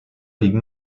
liegen